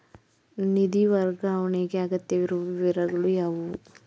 ನಿಧಿ ವರ್ಗಾವಣೆಗೆ ಅಗತ್ಯವಿರುವ ವಿವರಗಳು ಯಾವುವು?